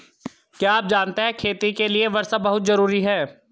क्या आप जानते है खेती के लिर वर्षा बहुत ज़रूरी है?